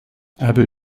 abu